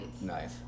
Nice